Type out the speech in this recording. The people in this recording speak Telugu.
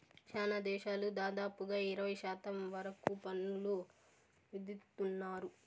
శ్యానా దేశాలు దాదాపుగా ఇరవై శాతం వరకు పన్నులు విధిత్తున్నారు